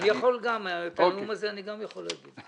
את הנאום הזה אני גם יכול להגיד.